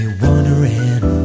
wondering